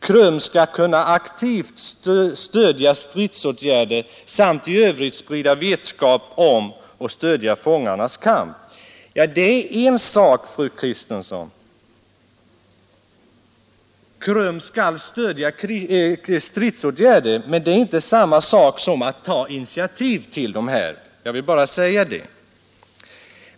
KRUM ska kunna aktivt stödja stridsåtgärder samt i övrigt sprida vetskap om och stöda fångarnas kamp.” Men att KRUM skall stödja stridsåtgärder är en sak, fru Kristensson. Det är inte detsamma som att ta initiativ till sådana.